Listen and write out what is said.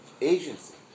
agency